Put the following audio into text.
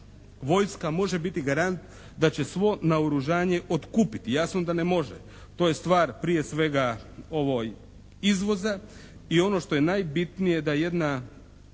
vojska može biti garant da će svo naoružanje otkupit? Jasno da ne može. To je stvar prije svega izvoza i ono što je najbitnije da jedna